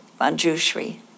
Manjushri